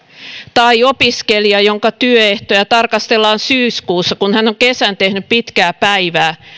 tai opiskelija jonka työehtoja tarkastellaan syyskuussa kun hän on kesän tehnyt pitkää päivää